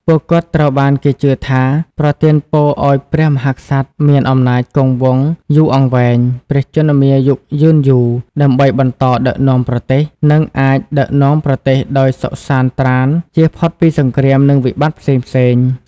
ពួកគាត់ត្រូវបានគេជឿថាប្រទានពរឲ្យព្រះមហាក្សត្រមាន អំណាចគង់វង្ស យូរអង្វែង ព្រះជន្មាយុយឺនយូរ ដើម្បីបន្តដឹកនាំប្រទេស និងអាច ដឹកនាំប្រទេសដោយសុខសាន្តត្រាន្ត ចៀសផុតពីសង្គ្រាម និងវិបត្តិផ្សេងៗ។